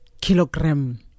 kilogram